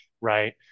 right